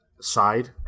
side